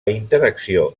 interacció